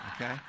Okay